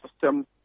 system